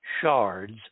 shards